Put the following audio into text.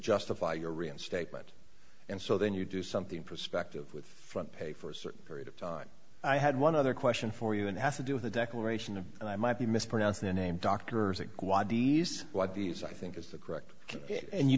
justify your reinstatement and so then you do something prospective with front page for a certain period of time i had one other question for you and has to do with a declaration of and i might be mispronounced the name doctors at quad these what these i think is the correct and you